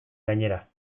gainera